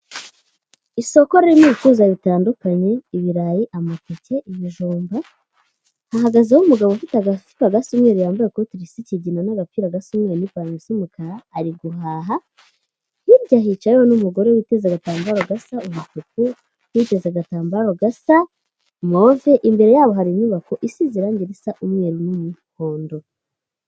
Isoko ririmo ibicuzwaa bitandukanye, ibirayi, amateke, ibijumba. Hahagazeho umugabo ufite agafuka gasa umweru yambaye ikoti risa ikigina n'agapira gasa umweru n'ipantaro isa umukara ari guhaharya, hicayeho n'umugore witeze agatamba bagasa umutuku yiteze agatambaro gasa move, imbere yabo hari inyubako isize irangi risa umweru n'umuhondo.